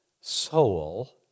soul